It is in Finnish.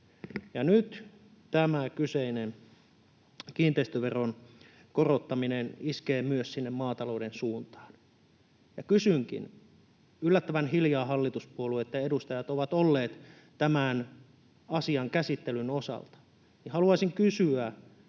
nyt tämä kyseinen kiinteistöveron korottaminen iskee myös maatalouden suuntaan. Kun yllättävän hiljaa hallituspuolueitten edustajat ovat olleet tämän asian käsittelyn osalta, niin haluaisin kysyä: